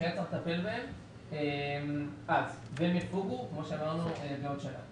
שהיה צריך לטפל בהם והם יחולו בעוד שנה.